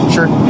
Sure